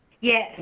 Yes